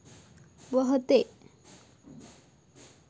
व्हते